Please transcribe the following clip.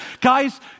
Guys